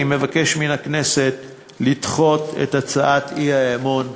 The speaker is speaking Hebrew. אני מבקש מהכנסת לדחות את הצעת האי-אמון.